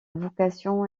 vocation